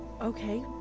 Okay